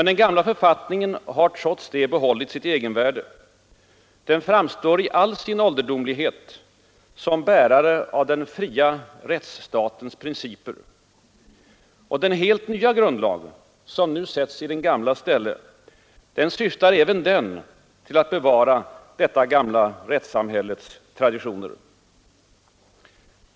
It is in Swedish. Den gamla författningen har trots det behållit sitt egenvärde: den framstår i all sin ålderdomlighet som bärare av den fria rättsstatens principer. Den helt nya grundlag som nu sätts i den gamlas ställe syftar även den till att bevara detta gamla rättssamhälles traditioner.